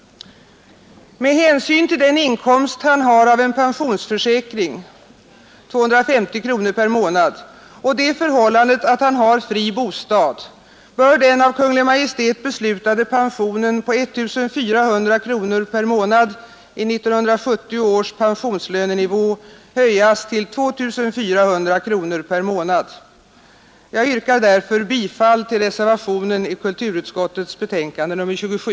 Med hänsyn till den inkomst han har av en pensionsförsäkring — 250 kronor per månad — och det förhållandet att han har fri bostad bör den av Kungl. Maj:t beslutade pensionen på 1 400 kronor per månad enligt 1970 års pensionslönenivå höjas till 2 400 kronor per månad. Jag yrkar därför bifall till reservationen vid kulturutskottets betänkande nr 27.